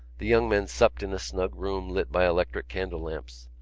the young men supped in a snug room lit by electric candle-lamps.